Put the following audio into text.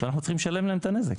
ואנחנו צריכים לשלם להם את הנזק.